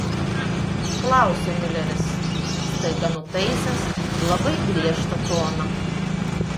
klausia miuleris staiga nutaisęs labai griežtą toną